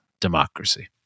Democracy